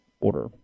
order